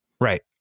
right